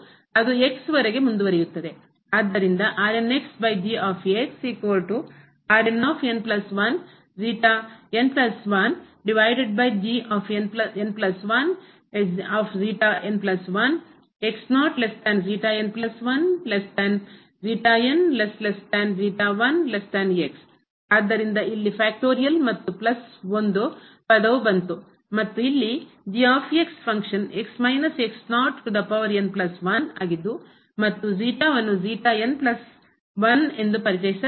ಆದ್ದರಿಂದ ಆದ್ದರಿಂದ ಇಲ್ಲಿ ಫ್ಯಾಕ್ಟರಿಯಲ್ ಅಪವರ್ತನೀಯ ಮತ್ತು ಪ್ಲಸ್ 1 ಪದವು ಬಂತು ಮತ್ತು ಇಲ್ಲಿ ಫಂಕ್ಷನ್ ಆಗಿದ್ದು ಮತ್ತು ಅನ್ನು ಎಂದು ಪರಿಚಯಿಸಲಾಗಿದೆ